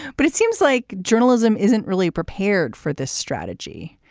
but it seems like journalism isn't really prepared for this strategy.